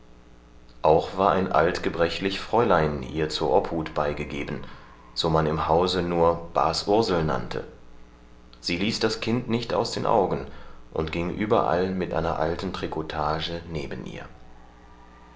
auch war ein alt gebrechlich fräulein ihr zur obhut beigegeben so man im hause nur bas ursel nannte sie ließ das kind nicht aus den augen und ging überall mit einer langen tricotage neben ihr